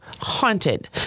haunted